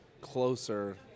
closer